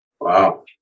Wow